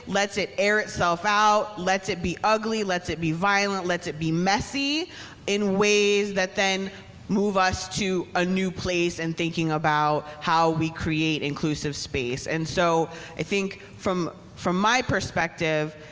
lets it air itself out, lets it be ugly, lets it be violent, lets it be messy in ways that then move us to a new place in and thinking about how we create inclusive space. and so i think from from my perspective,